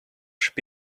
should